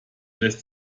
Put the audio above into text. lässt